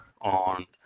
on